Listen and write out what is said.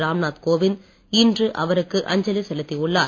ராம்நாத் கோவிந் இன்று அவருக்கு அஞ்சலி செலுத்தியுள்ளார்